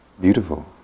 Beautiful